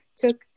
took